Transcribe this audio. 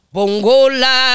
Bongola